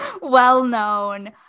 well-known